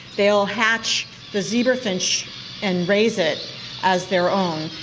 they will hatch the zebra finch and raise it as their own.